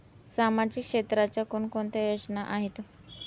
सामाजिक क्षेत्राच्या कोणकोणत्या योजना आहेत?